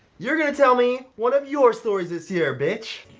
you're going to tell me one of your stories this year, bitch.